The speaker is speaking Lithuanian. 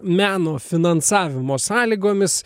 meno finansavimo sąlygomis